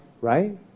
Right